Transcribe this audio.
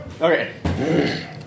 Okay